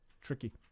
Tricky